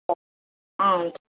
ஓ ஆ வந்து